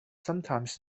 sometimes